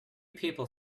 people